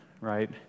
right